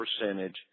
percentage